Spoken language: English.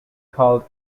called